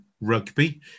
rugby